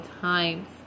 times